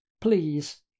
please